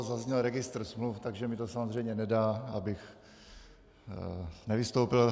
Zazněl registr smluv, takže mi to samozřejmě nedá, abych nevystoupil.